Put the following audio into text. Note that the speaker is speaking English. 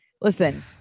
Listen